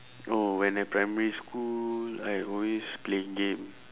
oh when I primary school I always play game